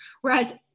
Whereas